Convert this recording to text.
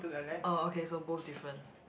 oh okay so both different